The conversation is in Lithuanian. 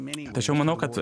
tačiau manau kad